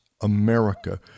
America